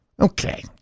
Okay